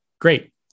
great